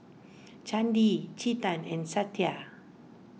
Chandi Chetan and Satya